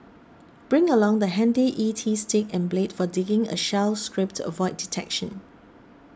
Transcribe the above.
bring along the handy E T stick and blade for digging a shell scrape to avoid detection